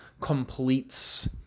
completes